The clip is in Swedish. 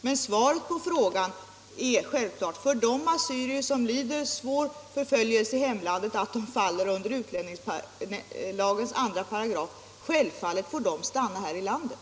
Mitt svar på frågan är att de assyrier som lider så svår förföljelse i sitt hemland att de faller under utlänningslagens 2§ självfallet får stanna här i landet.